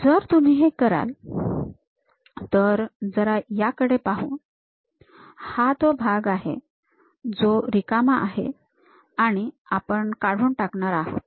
जर तुम्ही हे कराल तर जरा याकडे पाहू हा तो भाग आहे जो रिकामा आहे आणि आपण काढून टाकणार आहोत